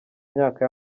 myaka